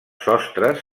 sostres